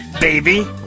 baby